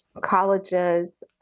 colleges